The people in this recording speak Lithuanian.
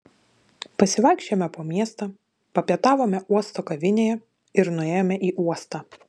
pasivaikščiojome po miestą papietavome uosto kavinėje ir nuėjome į uostą